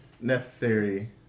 necessary